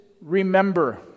Remember